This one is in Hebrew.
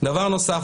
דבר נוסף,